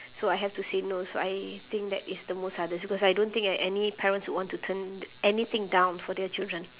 so I have to say no so I think that is the most hardest because I don't think a~ any parents will want to turn anything down for their children